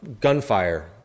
gunfire